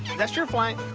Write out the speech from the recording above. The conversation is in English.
that's your flank.